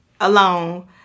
alone